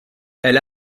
elle